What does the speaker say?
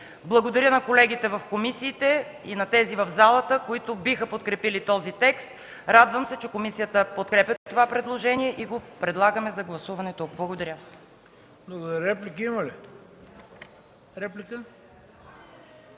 Благодаря на колегите в комисиите и на тези в залата, които биха подкрепили този текст. Радвам се, че комисията подкрепя това предложение и го подлагаме за гласуване тук. Благодаря.